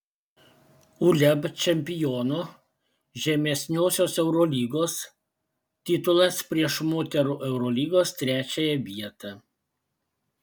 uleb čempiono žemesniosios eurolygos titulas prieš moterų eurolygos trečiąją vietą